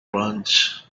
punch